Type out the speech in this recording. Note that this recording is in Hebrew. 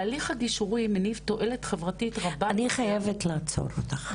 ההליך הגישורי מניב תועלת חברתית רבה -- אני חייבת לעצור אותך,